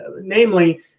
namely